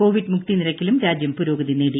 Covid മുക്തി നിരക്കിലും രാജ്യം പുരോഗതി നേടി